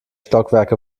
stockwerke